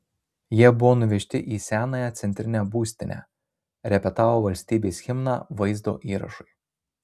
jie buvo nuvežti į senąją centrinę būstinę repetavo valstybės himną vaizdo įrašui